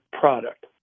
product